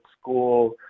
school